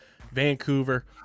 Vancouver